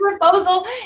proposal